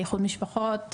איחוד משפחות,